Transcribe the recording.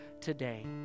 today